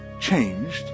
changed